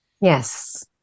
Yes